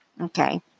Okay